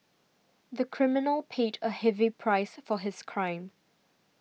the criminal paid a heavy price for his crime